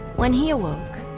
when he awoke,